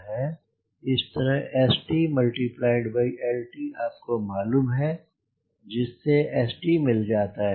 इस तरह Stlt आपको मालूम है जिस से St मिल जाता है